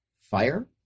fire